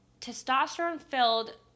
testosterone-filled